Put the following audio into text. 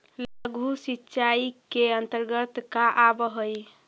लघु सिंचाई के अंतर्गत का आव हइ?